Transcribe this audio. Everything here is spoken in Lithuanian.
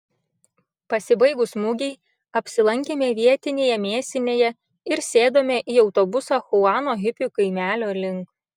pasibaigus mugei apsilankėme vietinėje mėsinėje ir sėdome į autobusą chuano hipių kaimelio link